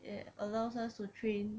it allows us to train